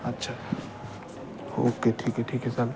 अच्छा ओक्के ठीक आहे ठीक आहे चालेल